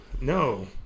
no